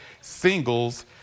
singles